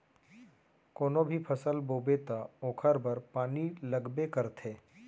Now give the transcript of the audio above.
कोनो भी फसल बोबे त ओखर बर पानी लगबे करथे